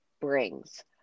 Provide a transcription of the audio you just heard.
brings